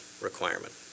requirement